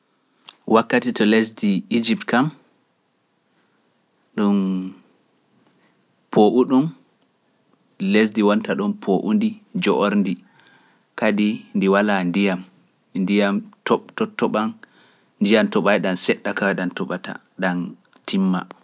Wakkati to lesdi Egypt kam ɗum poo'uɗum, lesdi wonta ɗon poo'undi njoorndi kadi ndi walaa ndiyam, ndiyam toɓ- toɓtoɓam njiyam toɓayɗam seɗɗa kaway ɗam toɓata, ɗam timma.